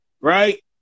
right